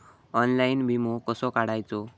Online विमो कसो काढायचो?